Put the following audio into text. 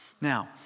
Now